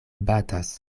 batas